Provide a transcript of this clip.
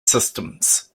systems